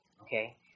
okay